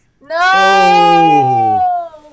no